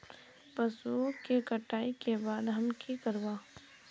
पशुओं के कटाई के बाद हम की करवा?